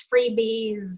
freebies